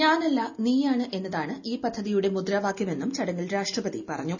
ഞാനല്ല നീയാണ് എന്നതാണ് ഈ പദ്ധതിയുടെ മുദ്രാവാകൃമെന്നും ചടങ്ങിൽ രാഷ്ട്രപതി പറഞ്ഞു